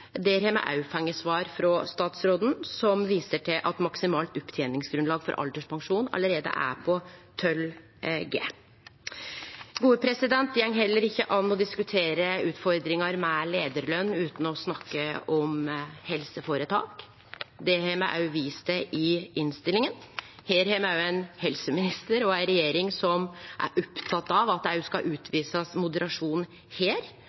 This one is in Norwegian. Der har me òg fått svar frå statsråden, som viser til at maksimalt oppteningsgrunnlag for alderspensjon allereie er på 12G. Det går heller ikkje å diskutere utfordringar med leiarløn utan å snakke om helseføretak. Det har me vist til i innstillinga. Me har ein helseminister og ei regjering som er opptekne av at det skal visast moderasjon her.